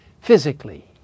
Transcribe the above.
physically